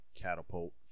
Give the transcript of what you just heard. catapult